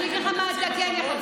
אני אגיד לך מה אתה כן יכול.